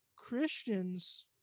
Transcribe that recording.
Christians